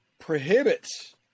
prohibits